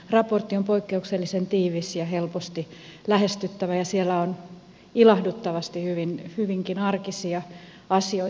raportti on poikkeuksellisen tiivis ja helposti lähestyttävä ja siellä on ilahduttavasti hyvinkin arkisia asioita